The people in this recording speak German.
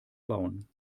bauen